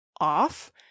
off